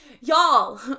y'all